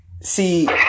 See